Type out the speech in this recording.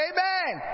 Amen